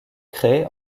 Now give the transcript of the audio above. cray